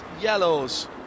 yellows